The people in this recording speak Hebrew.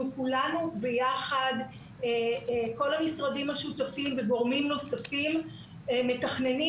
אנחנו וכל המשרדים השותפים וגורמים נוספים מתכננים